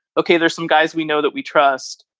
ok, there's some guys we know that we trust.